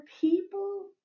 people